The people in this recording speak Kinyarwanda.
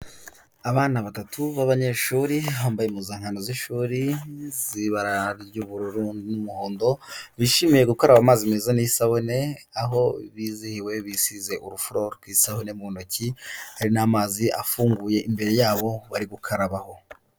Abana batatu b'abanyeshuri bambaye impuzankando z'ishuri z'ibara ry'ubururu n'umuhondo, bishimiye gukaraba amazi meza n'isabune aho bizihiwe bisize urufuro rw'isabune mu ntoki, hari n'amazi afunguye imbere yabo bari gukarabaho.